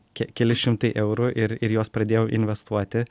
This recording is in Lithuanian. ke keli šimtai eurų ir ir juos pradėjau investuoti